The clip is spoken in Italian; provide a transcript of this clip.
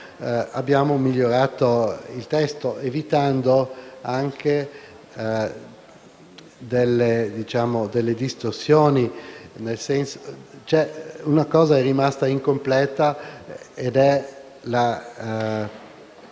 abbiamo migliorato il testo evitando anche delle distorsioni. Una questione è rimasta incompleta.